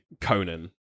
Conan